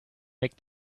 make